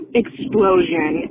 explosion